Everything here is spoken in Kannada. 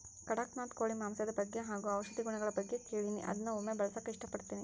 ಕಡಖ್ನಾಥ್ ಕೋಳಿ ಮಾಂಸದ ಬಗ್ಗೆ ಹಾಗು ಔಷಧಿ ಗುಣಗಳ ಬಗ್ಗೆ ಕೇಳಿನಿ ಅದ್ನ ಒಮ್ಮೆ ಬಳಸಕ ಇಷ್ಟಪಡ್ತಿನಿ